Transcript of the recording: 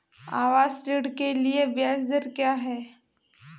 आवास ऋण के लिए ब्याज दर क्या हैं?